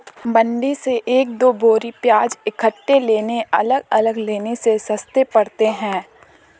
मंडी से एक दो बोरी प्याज इकट्ठे लाने अलग अलग लाने से सस्ते पड़ते हैं